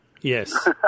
Yes